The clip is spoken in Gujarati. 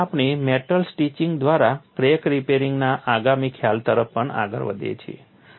અને આપણે મેટલ સ્ટિચિંગ દ્વારા ક્રેક રિપેરિંગના આગામી ખ્યાલ તરફ પણ આગળ વધીએ છીએ